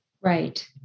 right